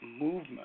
movement